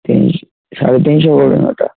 তিনশো সাড়ে তিনশো বলুন ওটা